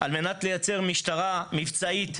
על מנת לייצר משטרה מבצעית,